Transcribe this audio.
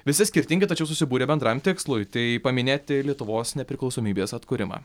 visi skirtingi tačiau susibūrė bendram tikslui tai paminėti lietuvos nepriklausomybės atkūrimą